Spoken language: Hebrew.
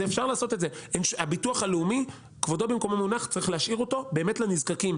ואת הביטוח הלאומי צריך להשאיר באמת לנזקקים,